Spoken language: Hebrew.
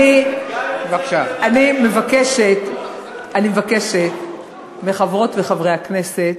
אני מבקשת מחברות וחברי הכנסת